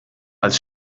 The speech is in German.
als